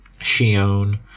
shion